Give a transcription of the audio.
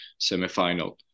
semifinal